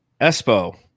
Espo